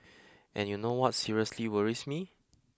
and you know what seriously worries me